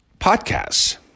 podcasts